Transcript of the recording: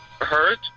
hurt